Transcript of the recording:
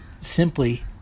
simply